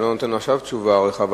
אם אתה לא נותן עכשיו תשובה רחבה,